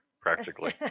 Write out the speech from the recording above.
practically